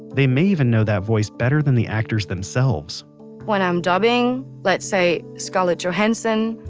they may even know that voice better than the actors themselves when i'm dubbing, let's say, scarlett johansson,